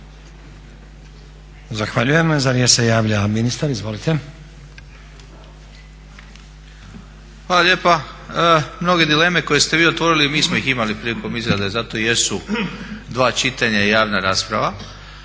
Zahvaljujem. Za riječ se javlja ministar. Izvolite. **Miljenić, Orsat** Hvala lijepa. Mnoge dileme koje ste vi otvorili mi smo ih imali prilikom izrade zato i jesu dva čitanja i javna rasprava.